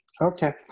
okay